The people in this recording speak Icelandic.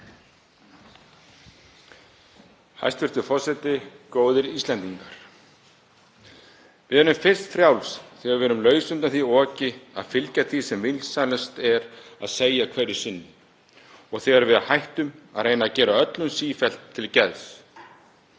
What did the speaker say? Hæstv. forseti. Góðir Íslendingar. Við erum fyrst frjáls þegar við erum laus undan því oki að fylgja því sem vinsælast er að segja hverju sinni og þegar við hættum að reyna að gera öllum sífellt til geðs.